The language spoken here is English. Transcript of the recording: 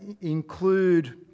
include